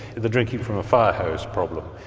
the drinking-from-a-fire-hose problem.